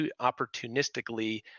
opportunistically